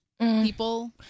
people